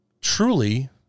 truly